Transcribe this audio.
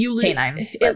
canines